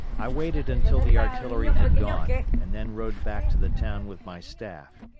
i waited until the artillery had gone and then rode back to the town with my staff.